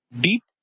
deep